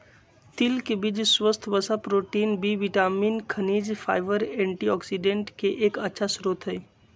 तिल के बीज स्वस्थ वसा, प्रोटीन, बी विटामिन, खनिज, फाइबर, एंटीऑक्सिडेंट के एक अच्छा स्रोत हई